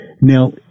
Now